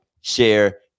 share